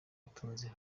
atunze